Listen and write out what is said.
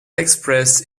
expressed